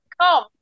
come